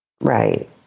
Right